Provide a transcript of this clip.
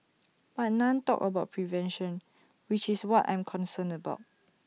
but none talked about prevention which is what I'm concerned about